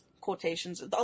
Quotations